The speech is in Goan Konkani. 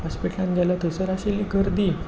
हॉस्पिटलान गेलो थंयसर आशिल्ली गर्दी